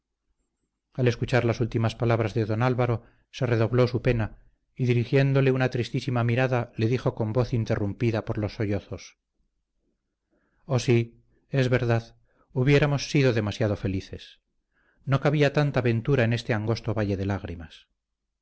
al escuchar las últimas palabras de don álvaro se redobló su pena y dirigiéndole una tristísima mirada le dijo con voz interrumpida por los sollozos oh sí es verdad hubiéramos sido demasiado felices no cabía tanta ventura en este angosto valle de lágrimas